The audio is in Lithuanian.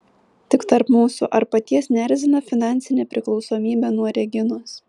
tik tarp mūsų ar paties neerzina finansinė priklausomybė nuo reginos